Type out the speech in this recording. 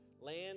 land